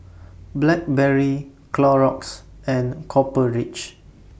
Blackberry Clorox and Copper Ridge